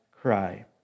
cry